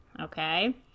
okay